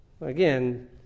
Again